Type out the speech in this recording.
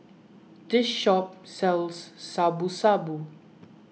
this shop sells Shabu Shabu